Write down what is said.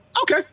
okay